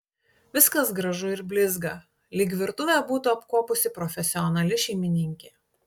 viskas gražu ir blizga lyg virtuvę būtų apkuopusi profesionali šeimininkė